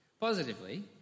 Positively